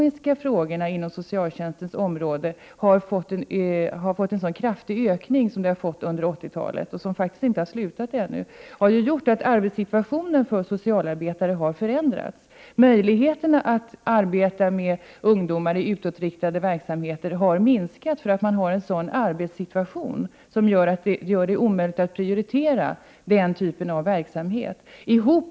Inom socialtjänstens område har de ekonomiska problemen ökat kraftigt i antal under 1980-talet, och den utvecklingen är inte avslutad än. Detta har gjort att arbetssituationen för socialarbetare har förändrats. Möjligheten att arbeta med ungdomar i utåtriktad verksamhet har minskat, eftersom man har en sådan arbetssituation som gör det omöjligt att prioritera den typen av verksamhet.